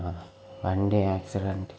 ആ വണ്ടി ആക്സിഡന്റ്